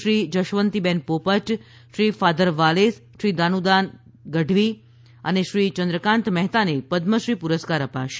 Shri Jasvantiben Popat Shri father Wallace Shri Dadudan Gadhvi અનેશ્રી ચંદ્રકાન્ત મહેતાને પદમશ્રી પુરસ્કાર અપાશે